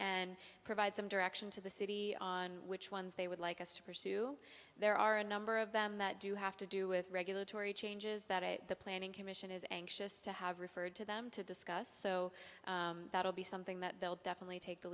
and provide some direction to the city on which ones they would like us to pursue there are a number of them that do have to do with regulatory changes that it the planning commission is anxious to have referred to them to discuss so that will be something that they'll definitely take the